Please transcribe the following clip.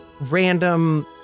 random